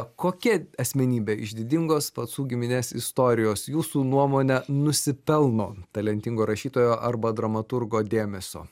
kokia asmenybė iš didingos pacų giminės istorijos jūsų nuomone nusipelno talentingo rašytojo arba dramaturgo dėmesio